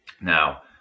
Now